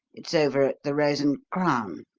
it's over at the rose and crown.